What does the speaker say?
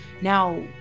Now